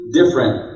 different